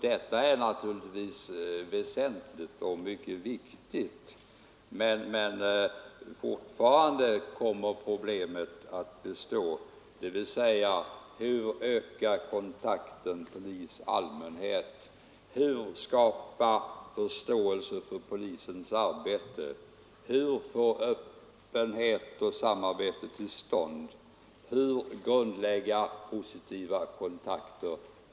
Detta är naturligtvis väsentligt, men fortfarande kommer problemen att bestå: Hur öka kontakten polis—allmänhet? Hur skapa förståelse för polisens arbete? Hur få öppenhet och samarbete till stånd? Hur grundlägga positiva kontakter?